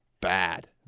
bad